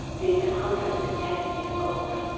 being an hundred and ten years old.